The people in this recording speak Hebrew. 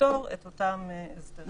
לסתור את אותם הסדרים.